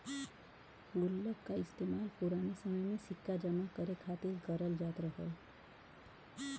गुल्लक का इस्तेमाल पुराने समय में सिक्का जमा करे खातिर करल जात रहल